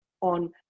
on